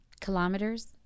Kilometers